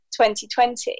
2020